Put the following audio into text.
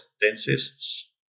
dentists